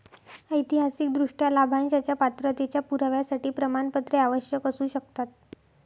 ऐतिहासिकदृष्ट्या, लाभांशाच्या पात्रतेच्या पुराव्यासाठी प्रमाणपत्रे आवश्यक असू शकतात